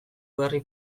berri